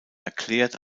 erklärt